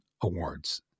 awards